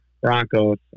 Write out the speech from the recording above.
Broncos